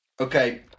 Okay